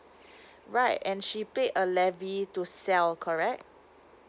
right and she paid a levy to sell correct